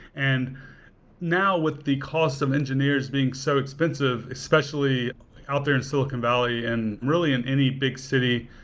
and now, with the cost of engineers being so expensive especially out there in silicon valley and really in any big city,